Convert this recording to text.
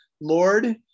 Lord